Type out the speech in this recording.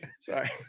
Sorry